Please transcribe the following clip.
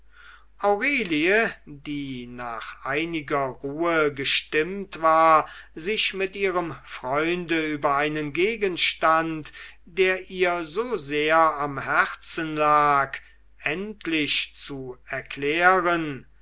aurelie die nach einiger ruhe gestimmt war sich mit ihrem freunde über einen gegenstand der ihr so sehr am herzen lag endlich zu erklären